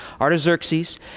Artaxerxes